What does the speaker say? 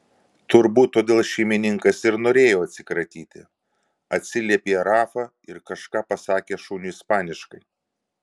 turbūt todėl šeimininkas ir norėjo atsikratyti atsiliepė rafa ir kažką pasakė šuniui ispaniškai